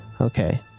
okay